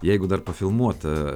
jeigu dar pafilmuota